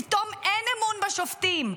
פתאום אין אמון בשופטים.